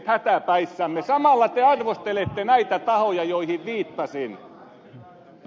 samalla te arvostelette näitä tahoja joihin viittasin